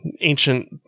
ancient